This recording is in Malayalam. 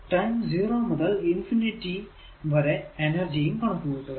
ടൈം 0 മുതൽ ഇൻഫിനിറ്റി വരെ എനർജി യും കണക്കു കൂട്ടുക